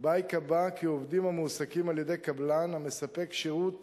שבה ייקבע כי עובדים המועסקים על-ידי קבלן המספק שירות